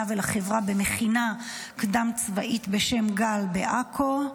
ולחברה במכינה קדם-צבאית בשם גל בעכו.